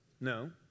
No